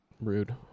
Rude